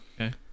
Okay